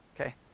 Okay